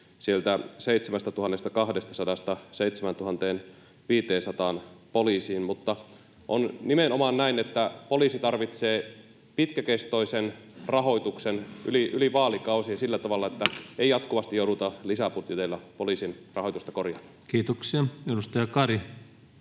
sieltä 7 200:sta 7 500:aan poliisiin, mutta on nimenomaan näin, että poliisi tarvitsee pitkäkestoisen rahoituksen yli vaalikausien sillä tavalla, että ei jatkuvasti jouduta lisäbudjeteilla poliisin rahoitusta korjaamaan. Kiitoksia. — Edustaja Kari,